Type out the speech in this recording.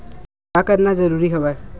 का करना जरूरी हवय?